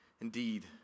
Indeed